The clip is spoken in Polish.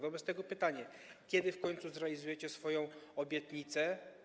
Wobec tego pytanie: Kiedy w końcu zrealizujecie swoją obietnicę?